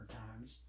times